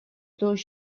dos